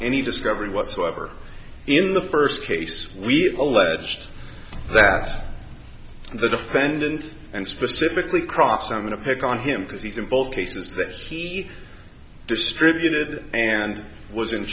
any discovery whatsoever in the first case we have alleged that the defendant and specifically cross i'm going to pick on him because he's in both cases that he distributed and was in